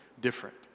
different